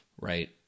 Right